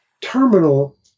terminal